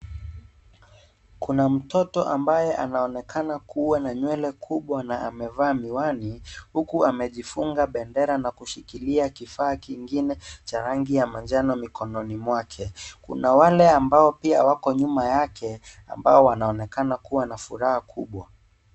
Kuna mtoto ambaye anaonekana kuwa na nywele kubwa na amevaa miwani huku amejifunga bendera na kushikilia kifaa kingine cha rangi ya manjano mikononi mwake. Kuna wale ambao pia wako nyuma yake ambao wanaonekana kuwa na furaha kubwa.